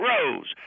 Rose